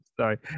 Sorry